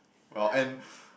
well and